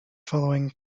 following